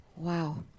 Wow